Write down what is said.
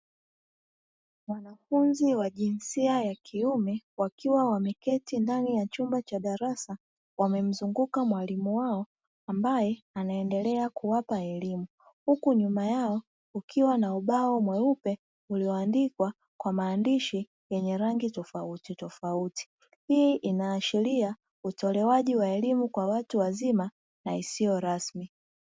Wanafunzi wa jinsia ya kiume wakiwa wameketi ndani ya chumba cha darasa, wamemzunguka mwalimu wao ambaye anaendelea kuwapa elimu. Huku nyuma yao kukiwa na ubao mweupe ulioandikwa kwa maandishi yenye rangi tofautitofauti. Hii inaashiria utolewaji wa elimu kwa watu wazima na isiyo rasmi.